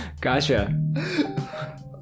Gotcha